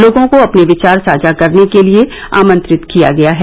लोगों को अपने विचार साझा करने के लिए आंमत्रित किया गया है